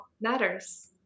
matters